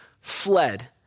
fled